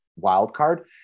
wildcard